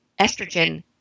estrogen